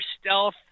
stealth